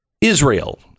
Israel